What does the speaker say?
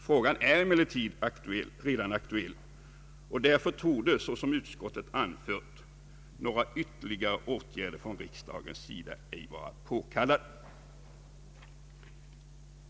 Frågan är emellertid redan aktuell och därför torde, såsom utskottet anfört, någon ytterligare åtgärd från riksdagens sida ej vara påkallad.